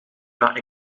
naar